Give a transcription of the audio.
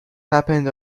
happened